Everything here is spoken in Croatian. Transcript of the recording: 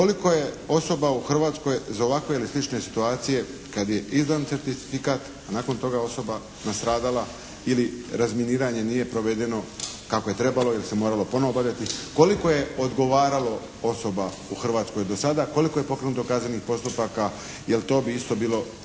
Koliko je osoba u Hrvatskoj za ovakve ili slične situacije kad je izdan certifikat a nakon toga osoba nastradala ili razminiranje nije provedeno kako je trebalo ili se moralo ponovo obavljati? Koliko je odgovaralo osoba u Hrvatskoj do sada, koliko je pokrenuto kaznenih postupaka, jer to bi isto bilo